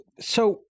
So-